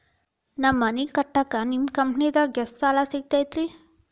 ನಾ ಮನಿ ಕಟ್ಟಾಕ ನಿಮ್ಮ ಕಂಪನಿದಾಗ ಎಷ್ಟ ಸಾಲ ಸಿಗತೈತ್ರಿ?